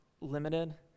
limited